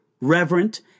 reverent